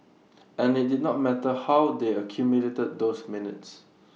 and IT did not matter how they accumulated those minutes